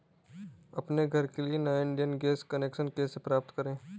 अपने घर के लिए नया इंडियन गैस कनेक्शन कैसे प्राप्त करें?